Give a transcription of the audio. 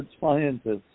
scientists